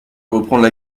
reprendre